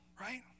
Right